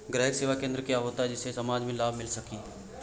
ग्राहक सेवा केंद्र क्या होता है जिससे समाज में लाभ मिल सके?